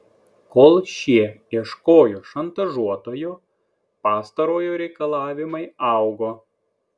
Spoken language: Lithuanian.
kol šie ieškojo šantažuotojo pastarojo reikalavimai augo